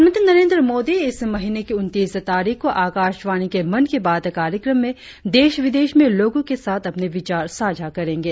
प्रधानमंत्री नरेन्द्र मोदी इस महीने की उन्तीस तारीख को आकाशवाणी के मन की बात कार्यक्रम में देश विदेश में लोगों के साथ अपने विचार साझा करेंगे